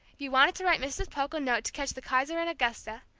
you wanted to write mrs. polk a note to catch the kaiserin augusta,